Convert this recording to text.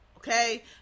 okay